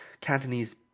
Cantonese